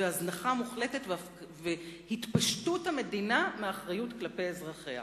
הזנחה מוחלטת והתפשטות המדינה מאחריות כלפי אזרחיה.